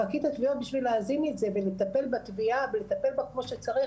הפקיד בשביל להזין את זה ולטפל בתביעה ולטפל בה כמו שצריך